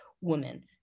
woman